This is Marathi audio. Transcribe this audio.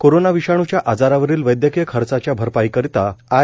कोरोना विषाणूच्या आजारावरील वैद्यकीय खर्चाच्या भरपाईकरिता आय